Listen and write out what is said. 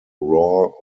roar